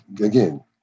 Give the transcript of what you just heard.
again